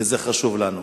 כי זה חשוב לנו.